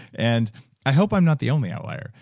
and i hope i'm not the only outlier.